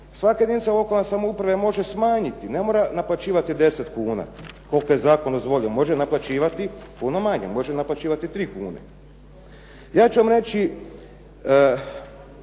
svaka jedinica lokalne samouprave može smanjiti, ne mora naplaćivati 10 kuna koliko je zakonom dozvoljena, može naplaćivati puno manje. Može naplaćivati 3 kune. Ja ću vam reći